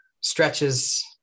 stretches